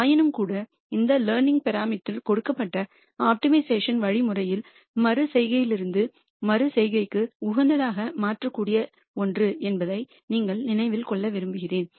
ஆயினும்கூட இந்த learning parameter கொடுக்கப்பட்ட ஆப்டிமைசேஷன் வழிமுறையில் மறு செய்கையிலிருந்து மறு செய்கைக்கு உகந்ததாக மாற்றக்கூடிய ஒன்று என்பதை நீங்கள் நினைவில் கொள்ள விரும்புகிறேன்